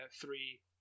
three